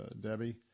Debbie